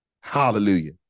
Hallelujah